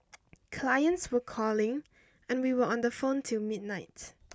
clients were calling and we were on the phone till midnight